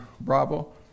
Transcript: Bravo